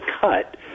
cut